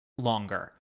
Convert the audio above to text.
longer